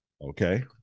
Okay